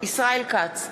ישראל כץ,